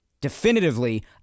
definitively